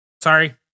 Sorry